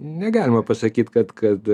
negalima pasakyt kad kad